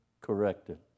corrected